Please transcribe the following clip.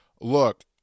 Look